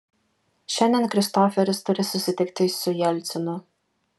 šiandien kristoferis turi susitikti su jelcinu